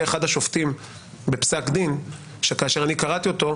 אחד השופטים בפסק דין שכאשר אני קראתי אותו,